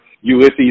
Ulysses